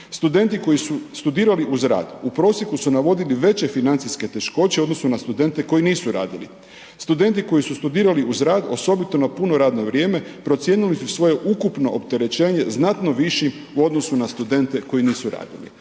Studenti koji su studirali uz rad u prosjeku su navodili veće financijske teškoće u odnosu na studente koji nisu radili. Studenti koji su studirali uz rad osobito na puno radno vrijeme procijenili su svoje ukupno opterećenje znatno višim u odnosu na studente koji nisu radili,